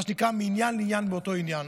מה שנקרא מעניין לעניין באותו עניין.